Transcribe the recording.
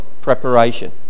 preparation